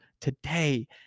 today